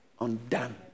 undone